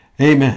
Amen